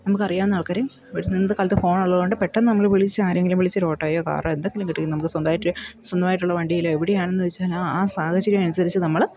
നമുക്കറിയാവുന്ന ആൾക്കാര് ഇന്നത്തെ കാലത്ത് ഫോൺ ഉള്ളത് കൊണ്ട് പെട്ടെന്ന് നമ്മള് വിളിച്ച് ആരെങ്കിലും വിളിച്ച് ഒരു ഓട്ടോയോ കാറോ എന്തെങ്കിലും കിട്ടും നമുക്ക് സ്വന്തമായിട്ട് സ്വന്തമായിട്ടുള്ള വണ്ടിയിൽ എവിടെയാണെന്ന് വെച്ചാൽ ആ ആ സാഹചര്യമനുരിച്ച് നമ്മള്